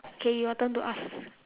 okay your turn to ask